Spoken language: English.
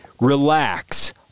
Relax